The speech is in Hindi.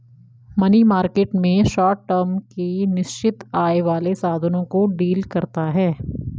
मनी मार्केट में शॉर्ट टर्म के निश्चित आय वाले साधनों को डील करता है